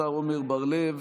השר עמר בר לב,